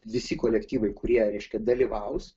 visi kolektyvai kurie reiškia dalyvaus